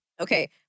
Okay